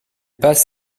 passe